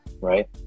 right